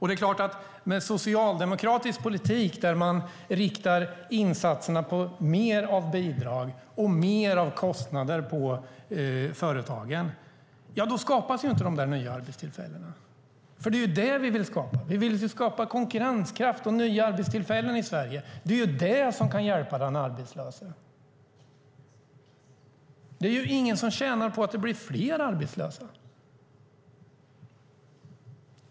Det är klart att de nya arbetstillfällena inte skapas med en socialdemokratisk politik där man riktar insatserna på mer av bidrag och mer av kostnader för företagen. Det är nämligen det vi vill skapa. Vi vill skapa konkurrenskraft och nya arbetstillfällen i Sverige. Det är det som kan hjälpa den arbetslöse. Det är ingen som tjänar på att det blir fler arbetslösa.